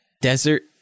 desert